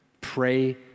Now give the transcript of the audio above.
pray